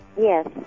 Yes